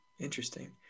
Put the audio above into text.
Interesting